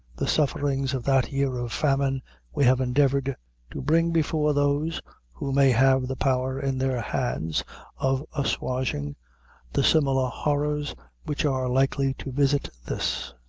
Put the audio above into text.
the sufferings of that year of famine we have endeavored to bring before those who may have the power in their hands of assuaging the similar horrors which are likely to visit this.